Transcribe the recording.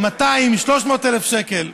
200,000 300,000 שקל.